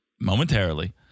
Momentarily